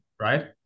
right